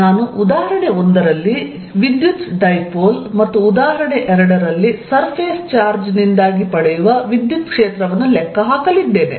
ನಾನು ಉದಾಹರಣೆ 1 ರಲ್ಲಿ ವಿದ್ಯುತ್ ಡೈಪೋಲ್ ಮತ್ತು ಉದಾಹರಣೆ 2 ರಲ್ಲಿ ಸರ್ಫೇಸ್ ಚಾರ್ಜ್ ನಿಂದಾಗಿ ಪಡೆಯುವ ವಿದ್ಯುತ್ ಕ್ಷೇತ್ರವನ್ನು ಲೆಕ್ಕ ಹಾಕಲಿದ್ದೇನೆ